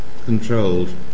controlled